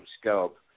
scope